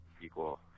equal